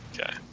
Okay